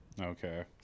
Okay